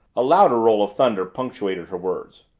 a louder roll of thunder punctuated her words.